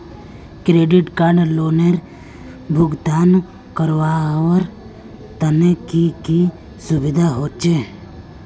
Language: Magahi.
क्रेडिट कार्ड लोनेर भुगतान करवार तने की की सुविधा होचे??